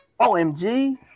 OMG